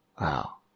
Wow